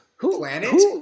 planet